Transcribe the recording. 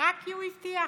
רק כי הוא הבטיח?